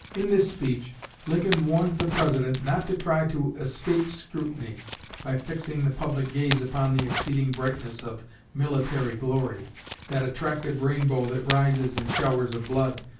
in this speech lincoln warned the president not to try to escape scrutiny by fixing the public gaze upon the exceeding brightness of military glory that attractive rainbow that rises in showers of blood,